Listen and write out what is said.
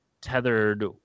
tethered